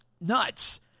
nuts